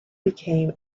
became